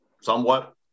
somewhat